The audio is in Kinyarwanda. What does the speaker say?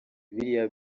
biriya